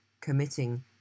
committing